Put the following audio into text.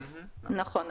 נכון.